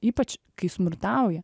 ypač kai smurtauja